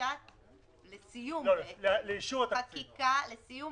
עד לסיום